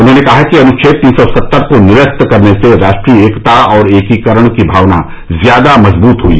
उन्होंने कहा कि अनुच्छेद तीन सौ सत्तर को निरस्त करने से राष्ट्रीय एकता और एकीकरण की भावना ज्यादा मजबूत हुई